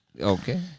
Okay